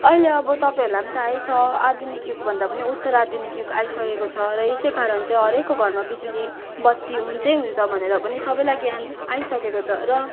अहिले अब तपाईँहरूलाई पनि थाहै छ आधुनिक युगभन्दा पनि उत्तर आधुनिक युग आइसकेको छ र यसै कारण चाहिँ हरेकको घरमा बिजुली बत्ती हुन्छै हुन्छ भनेर पनि सबैलाई ज्ञान आइसकेको छ र